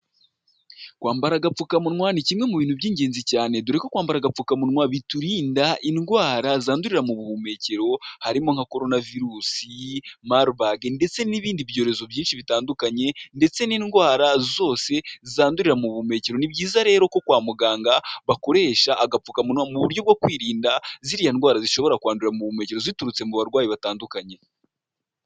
Kwambara agapfukamunwa, ni kimwe mu bintu by'ingenzi cyane, dore ko kwambara agapfukamunwa biturinda indwara zandurira mu buhumekero, harimo nka Corona virus, Marbag ndetse n'ibindi byorezo byinshi bitandukanye, ndetse n'indwara zose zandurira mu buhumekero, ni byiza rero ko kwa muganga bakoresha agapfukamunwa mu buryo bwo kwirinda ziriya ndwara zishobora kwandura mubuhumekero ziturutse mu barwayi batandukanye.